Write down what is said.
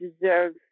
deserve